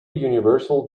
universal